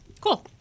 Cool